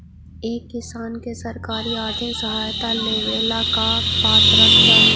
एक किसान के सरकारी आर्थिक सहायता लेवेला का पात्रता चाही?